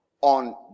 on